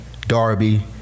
Darby